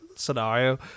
scenario